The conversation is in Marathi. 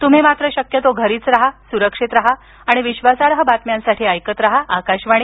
तुम्ही मात्र शक्यतो घरीच रहा सुरक्षित रहा आणि विश्वासार्ह बातम्यांसाठी ऐकत रहा आकाशवाणी